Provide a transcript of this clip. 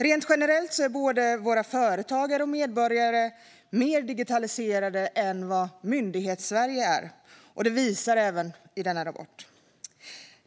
Rent generellt är både våra företagare och medborgare mer digitaliserade än vad Myndighetssverige är, och det visar även denna rapport.